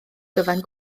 gyfan